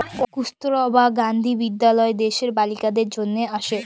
কস্তুরবা গান্ধী বিদ্যালয় দ্যাশের বালিকাদের জনহে আসে